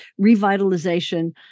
revitalization